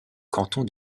canton